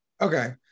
okay